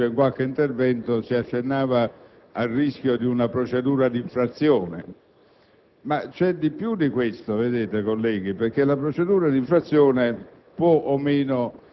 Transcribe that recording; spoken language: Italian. il parametro principale, insieme ovviamente ai profili della costituzionalità per il diritto interno. Lo è, tuttavia, in un senso che va colto a pieno